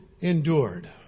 endured